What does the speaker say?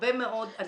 הרבה מאוד אנשים.